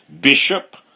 Bishop